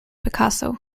picasso